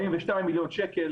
42 מיליון שקלים